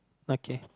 okay